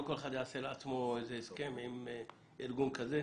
לא כל אחד יעשה לעצמו הסכם ארגון כלשהו.